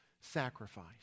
sacrifice